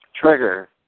trigger